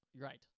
Right